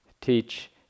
teach